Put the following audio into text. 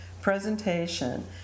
presentation